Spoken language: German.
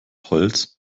holz